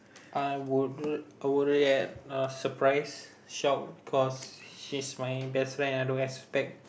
I would ra~ a surprise shock cause she's my best friend I don't expect